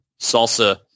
Salsa